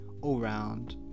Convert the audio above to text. all-round